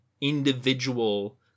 individual